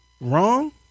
wrong